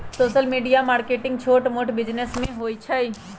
social media marketing छोट मोट business में होई छई